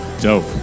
dope